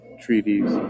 treaties